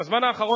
בזמן האחרון,